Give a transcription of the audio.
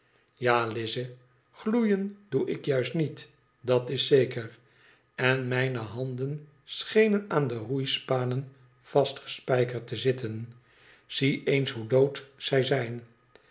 lize gloeien doe ik juist niet dat is zeker n mijne handen schenen aan de roeispanen vastgespijkerd te zitten zie eens hoe dood zij zijn